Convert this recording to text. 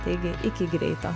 taigi iki greito